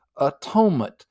atonement